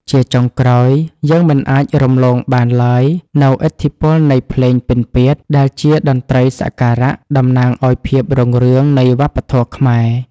ជាចុងក្រោយ យើងមិនអាចរំលងបានឡើយនូវឥទ្ធិពលនៃភ្លេងពិណពាទ្យ ដែលជាតន្ត្រីសក្ការៈតំណាងឱ្យភាពរុងរឿងនៃវប្បធម៌ខ្មែរ។